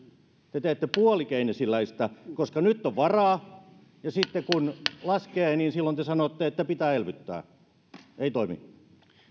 te teette puolikeynesiläistä koska nyt on varaa ja sitten kun talous laskee niin silloin te sanotte että pitää elvyttää ei toimi